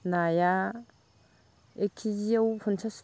नाया एक केजियाव पन्सास